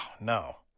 no